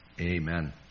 Amen